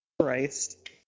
Christ